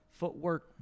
footwork